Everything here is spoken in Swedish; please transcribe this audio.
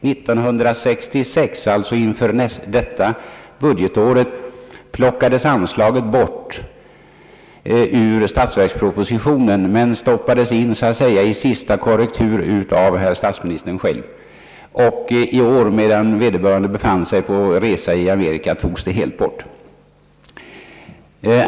1966 — alltså inför detta budgetår — plockades anslaget bort ur statsverkspropositionen men stoppades in så att säga i sista korrektur av herr statsministern själv. Och i år medan vederbörande befinner sig på resa i Amerika togs det helt bort.